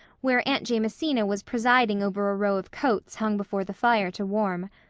where aunt jamesina was presiding over a row of coats hung before the fire to warm.